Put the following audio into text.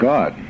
God